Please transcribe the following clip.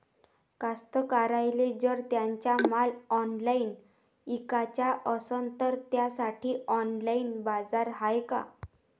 कास्तकाराइले जर त्यांचा माल ऑनलाइन इकाचा असन तर त्यासाठी ऑनलाइन बाजार हाय का?